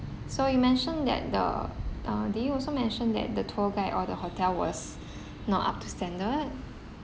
so you mentioned that the uh did you also mention that the tour guide or the hotel was not up to standard